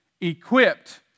Equipped